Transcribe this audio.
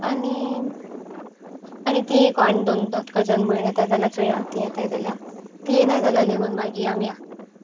आनी आनी ती एक आनी दोन तो कजन भयण येताय जाल्यार चोया तीं येताय जाल्या ती येनाय जाल्यार लेगून मागीर आमय या